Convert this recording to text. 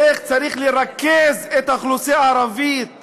איך צריך לרכז את האוכלוסייה הערבית במחנות,